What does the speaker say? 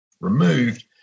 removed